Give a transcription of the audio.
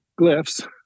glyphs